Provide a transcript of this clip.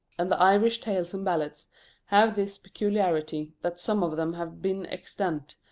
and the irish tales and ballads have this peculiarity, that some of them have been extant,